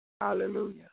Hallelujah